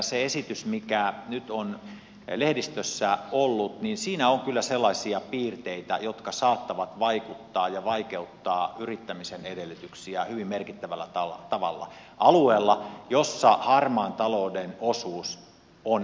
siinä esityksessä joka nyt on lehdistössä ollut on kyllä sellaisia piirteitä jotka saattavat vaikuttaa yrittämisen edellytyksiin ja vaikeuttaa niitä hyvin merkittävällä tavalla alueella jossa harmaan talouden osuus on äärimmäisen pieni